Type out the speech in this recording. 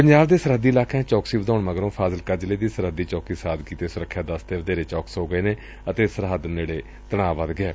ਪੰਜਾਬ ਦੇ ਸਰਹੱਦੀ ਇਲਾਕਿਆਂ ਚ ਚੌਕਸੀ ਵਧਾਉਣ ਮਗਰੋ ਫਾਜ਼ਿਲਕਾ ਜ਼ਿਲ੍ਹੇ ਦੀ ਸਰਹੱਦੀ ਚੌਕੀ ਸਾਦਕੀ ਤੇ ਸੁਰੱਖਿਆ ਦਸਤੇ ਵਧੇਰੇ ਚੌਕਸ ਹੋ ਗਏ ਨੇ ਅਤੇ ਸਰਹੱਦ ਨੇੜੇ ਤਣਾਅ ਵਧ ਗਿਐ